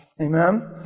Amen